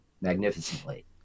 magnificently